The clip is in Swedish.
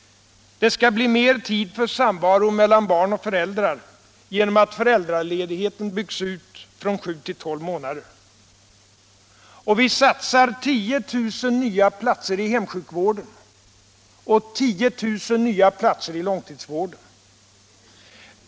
Det skall bli mer tid för samvaro mellan barn och föräldrar genom att föräldraledigheten byggs ut från sju till tolv månader. Vi satsar 10 000 nya platser inom hemsjukvården och 10000 nya platser inom långtidsvården.